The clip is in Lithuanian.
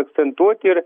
akcentuoti ir